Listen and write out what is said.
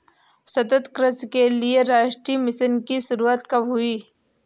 सतत कृषि के लिए राष्ट्रीय मिशन की शुरुआत कब हुई?